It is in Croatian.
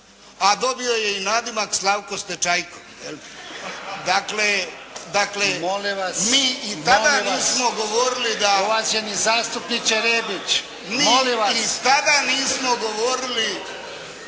a dobio je i nadimak Slavko stečajko jel'. Dakle mi ni tada nismo govorili da